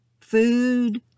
food